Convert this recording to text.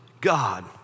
God